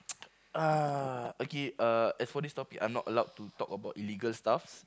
uh okay uh for this topic I'm not allowed to talk about illegal stuffs